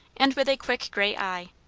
and with a quick grey eye.